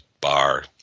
bar